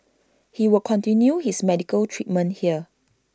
he will continue his medical treatment here